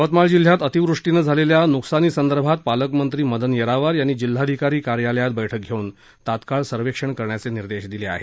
यवतमाळ जिल्ह्यात अतिवृष्टीनं झालेल्या न्कसानी संदर्भात पालकमंत्री मदन येरावार यांनी जिल्हाधिकारी कार्यालयात बैठक घेव्न तात्काळ सर्वेक्षण करण्याचे निर्देश दिले आहेत